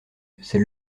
c’est